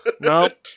Nope